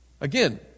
Again